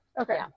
Okay